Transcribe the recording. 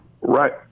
Right